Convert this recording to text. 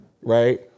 right